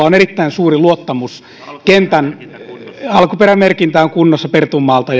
on erittäin suuri luottamus alkuperämerkintä on kunnossa pertunmaalta